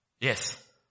Yes